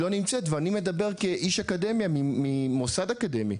לא נמצאת ואני מדבר כאיש אקדמיה ממוסד אקדמי.